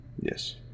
yes